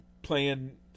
playing